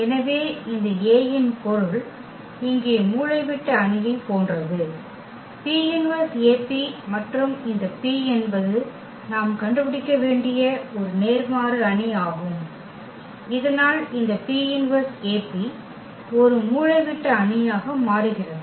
எனவே இந்த A இன் பொருள் இங்கே மூலைவிட்ட அணியைப் போன்றது P−1AP மற்றும் இந்த P என்பது நாம் கண்டுபிடிக்க வேண்டிய ஒரு நேர்மாறு அணி ஆகும் இதனால் இந்த P−1AP ஒரு மூலைவிட்ட அணியாக மாறுகிறது